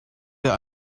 der